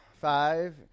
five